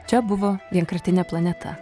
čia buvo vienkartinė planeta